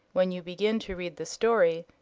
when you begin to read the story,